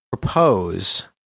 propose